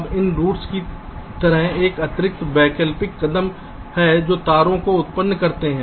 अब इन रूट्स की तरह एक अतिरिक्त वैकल्पिक कदम है जो तारों को उत्पन्न करते हैं